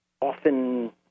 often